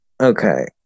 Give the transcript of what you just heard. Okay